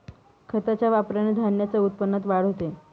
खताच्या वापराने धान्याच्या उत्पन्नात वाढ होते